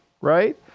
right